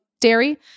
dairy